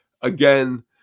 again